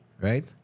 right